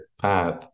path